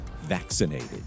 Vaccinated